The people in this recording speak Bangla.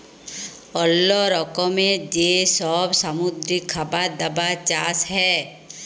অল্লো রকমের যে সব সামুদ্রিক খাবার দাবার চাষ হ্যয়